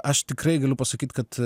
aš tikrai galiu pasakyt kad